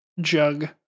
jug